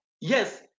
Yes